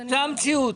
זוהי המציאות.